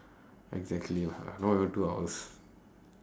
exactly lah not even two hours